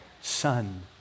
Son